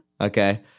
Okay